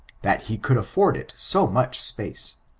that he could afford it so much space.